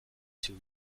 two